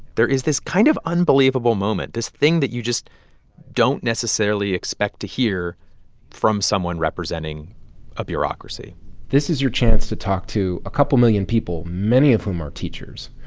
there is this kind of unbelievable moment, this thing that you just don't necessarily expect to hear from someone representing a bureaucracy this is your chance to talk to a couple million people, many of whom are teachers.